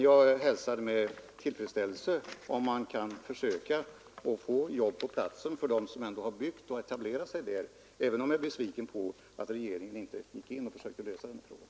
Jag hälsar med tillfredsställelse om man kan försöka ordna jobb på platsen för dem som har byggt och etablerat sig där, men jag är besviken över att regeringen inte gick in och försökte lösa frågan.